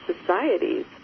societies